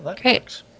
Great